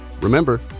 Remember